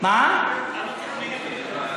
למה צריך מינימום?